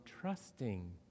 trusting